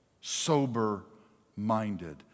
sober-minded